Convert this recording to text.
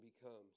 becomes